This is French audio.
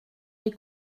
les